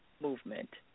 movement